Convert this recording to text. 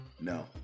no